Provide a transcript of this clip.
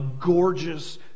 gorgeous